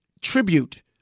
tribute